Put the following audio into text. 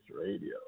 Radio